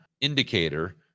indicator